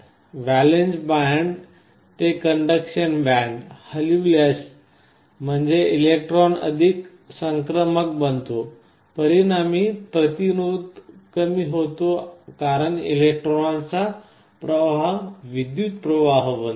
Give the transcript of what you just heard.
valence band ते conduction band हलविल्यास म्हणजे इलेक्ट्रॉन अधिक संक्रमक बनतो परिणामी प्रतिरोध कमी होतो कारण इलेक्ट्रॉनचा प्रवाह विद्युत प्रवाह बनतो